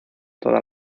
toda